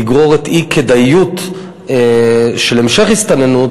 תגרור אי-כדאיות של המשך ההסתננות,